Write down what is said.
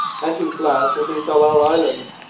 and whose last will be tsalal island.